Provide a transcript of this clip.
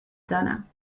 دانم